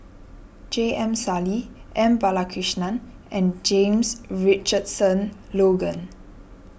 J M Sali M Balakrishnan and James Richardson Logan